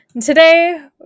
Today